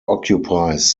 occupies